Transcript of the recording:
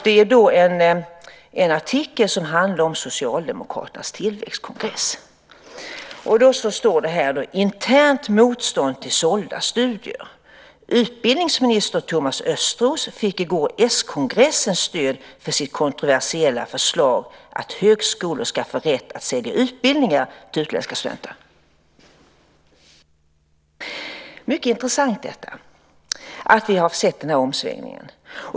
Det är en artikel som handlar om Socialdemokraternas tillväxtkongress. Under rubriken "Internt motstånd till sålda studier" står följande: "Utbildningsminister Thomas Östros fick i går s-kongressens stöd för sitt kontroversiella förslag att högskolor ska få rätt att sälja utbildningar till utländska studenter." Det är mycket intressant att vi har fått se denna omsvängning.